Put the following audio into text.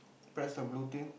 press the blue thing